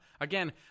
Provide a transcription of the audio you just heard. Again